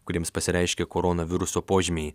kuriems pasireiškė koronaviruso požymiai